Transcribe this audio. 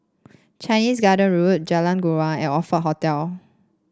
Chinese Garden Road Jalan Joran and Oxford Hotel